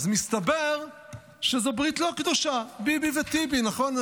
אז מסתבר שזו ברית לא קדושה, ביבי וטיבי, נכון?